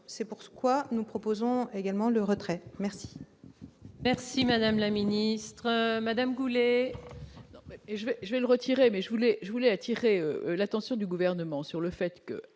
c'est pourquoi nous proposons également le retrait merci. Merci madame la ministre Madame Goulet. Et je vais, je vais me retirer mais je voulais je voulais attirer l'attention du gouvernement sur le fait :